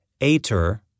Ater